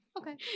Okay